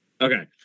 Okay